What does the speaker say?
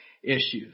issues